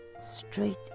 straight